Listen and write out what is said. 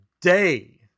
day